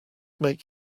make